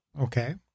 Okay